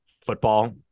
football